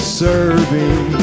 serving